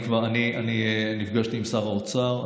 נפגשתי עם שר האוצר.